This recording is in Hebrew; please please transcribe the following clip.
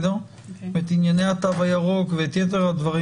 את ענייני התו הירוק ואת יתר הדברים,